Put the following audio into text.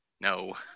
No